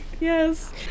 Yes